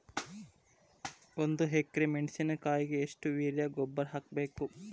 ಒಂದು ಎಕ್ರೆ ಮೆಣಸಿನಕಾಯಿಗೆ ಎಷ್ಟು ಯೂರಿಯಾ ಗೊಬ್ಬರ ಹಾಕ್ಬೇಕು?